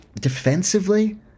defensively